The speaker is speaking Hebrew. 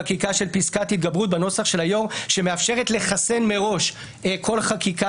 חקיקה של פסקת התגברות בנוסח של היום שמאפשרת לחסן מראש כל חקיקה